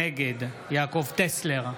נגד יעקב טסלר,